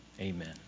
amen